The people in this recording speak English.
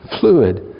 fluid